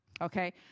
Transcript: Okay